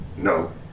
No